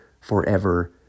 forever